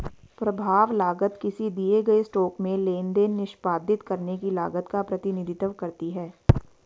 प्रभाव लागत किसी दिए गए स्टॉक में लेनदेन निष्पादित करने की लागत का प्रतिनिधित्व करती है